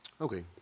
Okay